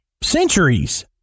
centuries